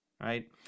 right